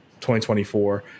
2024